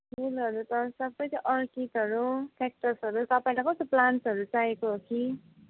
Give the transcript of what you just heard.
फुलहरू त सबै त्यो अर्किडहरू केकटसहरू तपाईँलाई कस्तो प्लान्टहरू चाहिएको हो कि